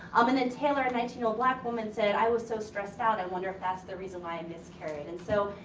um and then, taylor a nineteen year old black woman said, i was so stressed out i wonder if that's the reason why i miscarried? and so,